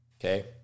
Okay